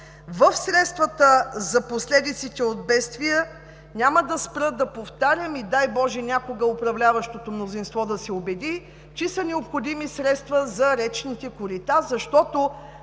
в средствата за последиците от бедствия, няма да спра да повтарям и, дай боже, някога управляващото мнозинство да се убеди, че са необходими средства за речните корита, защото